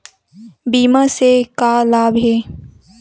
बीमा से का लाभ हे?